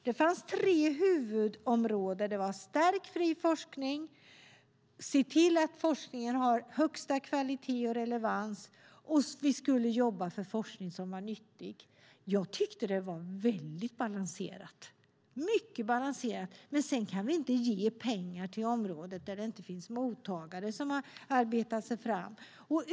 Det fanns tre huvudområden, nämligen att stärka fri forskning, se till att forskningen har högsta kvalitet och relevans samt nyttig forskning. Jag tyckte att det var mycket balanserat, men vi kan inte ge pengar till områden där det inte finns mottagare.